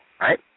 right